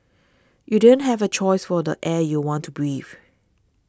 you don't have a choice for the air you want to breathe